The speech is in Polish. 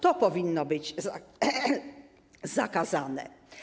To powinno być zakazane.